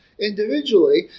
individually